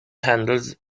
handles